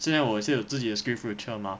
之前我自己也是有我自己的 SkillsFuture mah